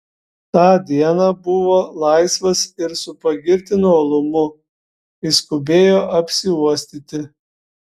tą dieną buvo laisvas ir su pagirtinu uolumu išskubėjo apsiuostyti